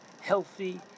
healthy